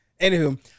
anywho